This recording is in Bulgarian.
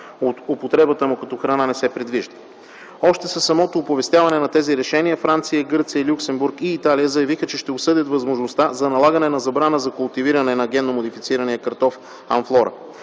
употребата му като храна не се предвижда. Още със самото оповестяване на тези решения Франция, Гърция, Люксембург и Италия заявиха, че ще обсъдят възможността за налагане на забрана за култивиране на генно модифицирания картоф „Амфлора”.